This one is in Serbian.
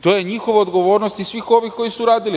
To je njihova odgovornost i svih onih koji su to radili.